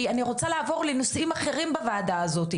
כי אני רוצה לעבור לנושאים אחרים בוועדה הזו.